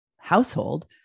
household